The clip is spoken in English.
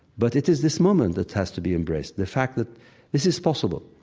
but it is this moment that has to be embraced. the fact that this is possible.